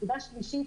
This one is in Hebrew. הנקודה השלישית